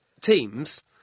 teams